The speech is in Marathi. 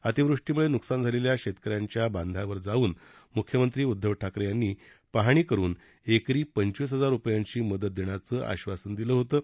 अतिवृष्टीमुळे नुकसान झालेल्या शेतकऱ्यांच्या बांधावर जाऊन मुख्यमंत्री उद्दव ठाकरे यांनी पाहणी करून एकरी पंचवीस हजार रूपयांची मदत देण्याचं आधासन दिलं होतं